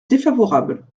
défavorable